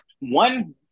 One